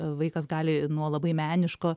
vaikas gali nuo labai meniško